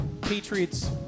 Patriots